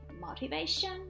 motivation